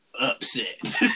Upset